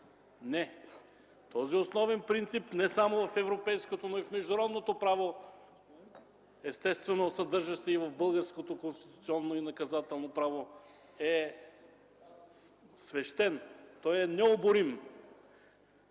Не! Този основен принцип не само в европейското, но и в международното право, естествено съдържащ се и в българското конституционно и наказателно право, е свещен, той е необорим